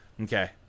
Okay